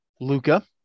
Luca